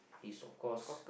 it's of cause